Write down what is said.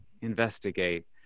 investigate